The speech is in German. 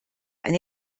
ein